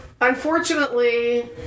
Unfortunately